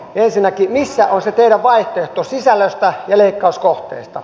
ensinnäkin missä on se teidän vaihtoehtonne sisällölle ja leikkauskohteille